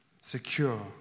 secure